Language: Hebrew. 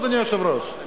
אדוני היושב-ראש,